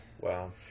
wow